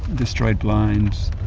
destroyed blinds,